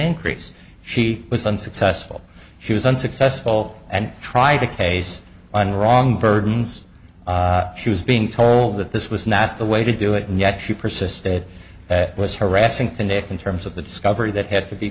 increase she was unsuccessful she was unsuccessful and try to case and wrong burdens she was being told that this was not the way to do it and yet she persisted was harassing today in terms of the discovery that had to be